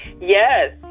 Yes